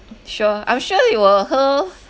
I'm sure I'm sure if you were her